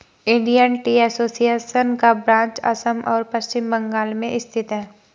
Indian tea association का branch Assam और पश्चिम बंगाल में स्थित है